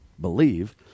believe